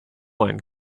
one